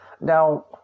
Now